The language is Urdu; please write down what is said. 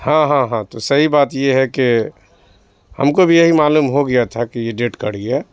ہاں ہاں ہاں تو صحیح بات یہ ہے کہ ہم کو بھی یہی معلوم ہو گیا تھا کہ یہ ڈیٹ کر گیا